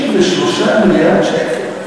63 מיליארד שקל.